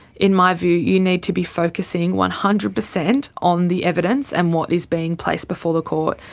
in my view you need to be focussing one hundred percent on the evidence and what is being placed before the court.